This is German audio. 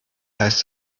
heißt